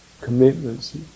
commitments